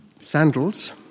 sandals